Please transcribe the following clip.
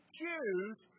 choose